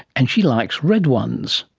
and she likes red ones.